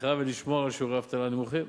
לצמיחה ולשמור על שיעורי אבטלה נמוכים.